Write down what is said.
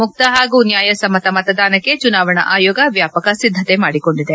ಮುಕ್ತ ಹಾಗೂ ನ್ಯಾಯ ಸಮ್ಮತ ಮತದಾನಕ್ಕೆ ಚುನಾವಣಾ ಆಯೋಗ ವ್ಯಾಪಕ ಸಿದ್ದತೆ ಮಾಡಿದೆ